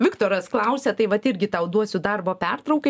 viktoras klausia tai vat irgi tau duosiu darbo pertraukai